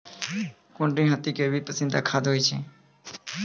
कुनरी हाथी के भी पसंदीदा खाद्य होय छै